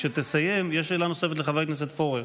כשתסיים, יש שאלה נוספת לחבר הכנסת פורר.